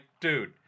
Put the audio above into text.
dude